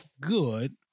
good